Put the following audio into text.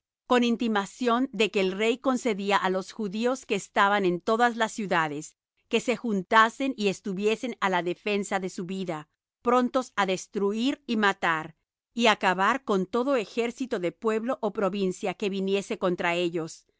con intimación de que el rey concedía á los judíos que estaban en todas la ciudades que se juntasen y estuviesen á la defensa de su vida prontos á destruir y matar y acabar con todo ejército de pueblo o provincia que viniese contra ellos